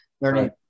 learning